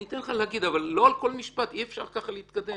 אני אתן לך להגיד אבל אי אפשר ככה להתקדם.